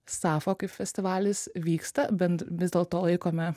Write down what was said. safo kaip festivalis vyksta bent vis dėlto laikome